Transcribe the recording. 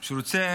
שהוא רוצה